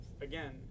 again